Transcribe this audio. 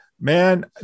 man